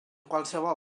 qualsevol